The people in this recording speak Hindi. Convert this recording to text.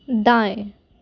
दाएँ